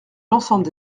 l’ensemble